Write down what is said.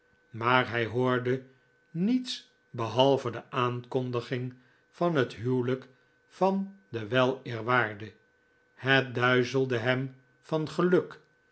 maar hij hoorde niets behalve de aankondiging van het huwelijk van den weleerwaarde het duizelde hem van geluk